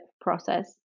process